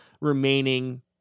remaining